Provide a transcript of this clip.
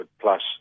plus